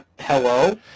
Hello